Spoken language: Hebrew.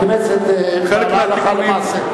הכנסת פעלה הלכה למעשה.